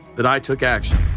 that i took action.